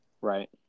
Right